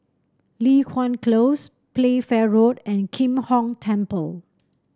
Li Hwan Close Playfair Road and Kim Hong Temple